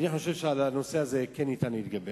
אני חושב שעל הנושא הזה כן ניתן להתגבר.